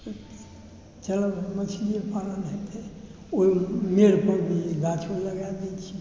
चलऽ मछलिए पालन हेतै ओहि मेड़ पर गाछो लगा दै छी